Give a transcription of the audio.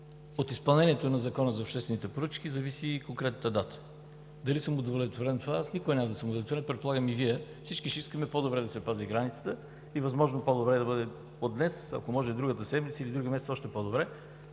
от изпълнението на Закона за обществените поръчки – зависи от конкретната дата. Дали съм удовлетворен от това? Аз никога няма да съм удовлетворен, предполагам и всички Вие ще искате по-добре да се пази границата и възможно по-добре да бъде от днес, ако може другата седмица или другия месец, още по-добре,